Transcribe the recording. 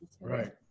Right